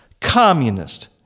communist